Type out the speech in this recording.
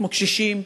כמו קשישים,